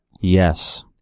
Yes